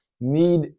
need